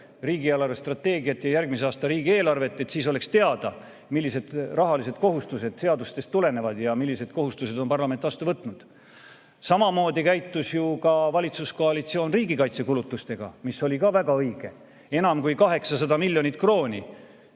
riigi eelarvestrateegiat ja järgmise aasta riigieelarvet, siis oleks teada, millised rahalised kohustused seadustest tulenevad ja millised kohustused on parlament vastu võtnud. Samamoodi käitus ju valitsuskoalitsioon riigikaitsekulutustega, mis oli ka väga õige. Enam kui 800 miljonit eurot